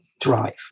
drive